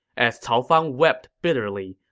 as cao fang wept bitterly,